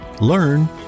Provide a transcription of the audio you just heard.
learn